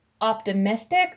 optimistic